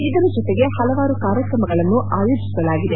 ಇದರ ಜತೆಗೆ ಹಲವಾರು ಕಾರ್ಯಕ್ರಮಗಳನ್ನು ಆಯೋಜಿಸಲಾಗಿದೆ